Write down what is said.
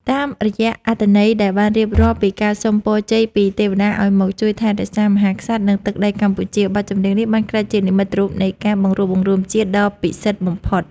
តាមរយៈអត្ថន័យដែលបានរៀបរាប់ពីការសុំពរជ័យពីទេវតាឱ្យមកជួយថែរក្សាមហាក្សត្រ និងទឹកដីកម្ពុជា បទចម្រៀងនេះបានក្លាយជានិមិត្តរូបនៃការបង្រួបបង្រួមជាតិដ៏ពិសិដ្ឋបំផុត។